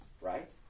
right